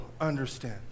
understand